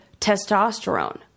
testosterone